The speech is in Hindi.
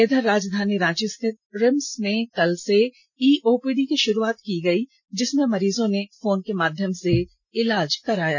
इधर राजधानी रांची स्थित रिम्स में कल से ई ओपीडी की षुरूआत की गई जिसमें मरीजों ने फोन के माध्यम से ईलाज कराया